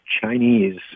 Chinese